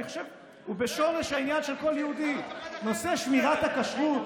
אני חושב שהוא בשורש העניין של כל יהודי: נושא שמירת הכשרות.